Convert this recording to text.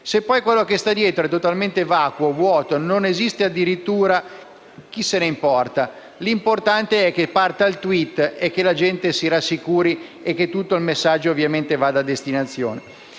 Se poi quello che sta dietro è totalmente vacuo, vuoto, non esiste addirittura, chi se ne importa; l'importante è che parta il *tweet*, che la gente si rassicuri e che tutto il messaggio vada a destinazione.